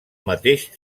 mateix